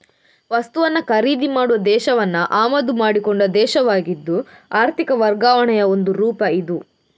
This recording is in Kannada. ವಸ್ತುವನ್ನ ಖರೀದಿ ಮಾಡುವ ದೇಶವನ್ನ ಆಮದು ಮಾಡಿಕೊಂಡ ದೇಶವಾಗಿದ್ದು ಆರ್ಥಿಕ ವರ್ಗಾವಣೆಯ ಒಂದು ರೂಪ ಇದು